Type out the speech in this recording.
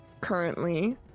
currently